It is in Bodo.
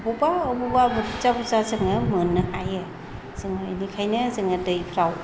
बबेबा बबेबा बुरजा बुरजा जोङो मोननो हायो जोङो बेनिखायनो जोङो दैफोराव